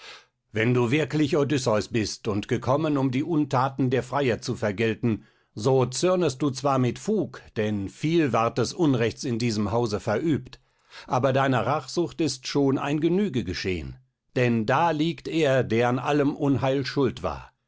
wenn du wirklich odysseus bist und gekommen um die unthaten der freier zu vergelten so zürnest du zwar mit fug denn viel ward des unrechts in diesem hause verübt aber deiner rachsucht ist schon ein genüge geschehen denn da liegt er der an allem unheil schuld war